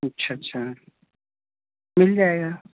اچھا اچھا مل جائے گا